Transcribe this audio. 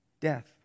death